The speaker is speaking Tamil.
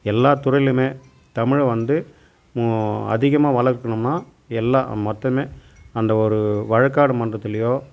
எல்லா துறையிலைவுமே தமிழை வந்து அதிகமாக வளர்க்கணும்னா எல்லா மொத்தமே அந்த ஒரு வழக்காடு மன்றத்துலையோ